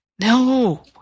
No